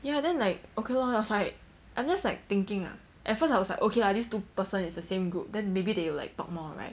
ya then like okay lor I was like I'm just like thinking lah at first I was like okay lah this two person is the same group then maybe they'll like talk more right